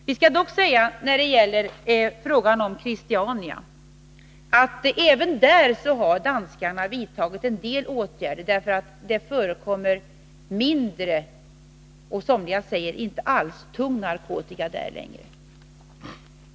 Vi skall dock säga, när det gäller frågan om Christiania, att även där har danskarna vidtagit en del åtgärder. Det förekommer mindre av tung narkotika där — och somliga säger att sådan inte alls förekommer där längre.